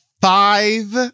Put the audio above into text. five